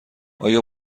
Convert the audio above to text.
آیا